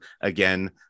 again